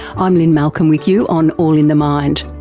i'm lynne malcolm with you on all in the mind.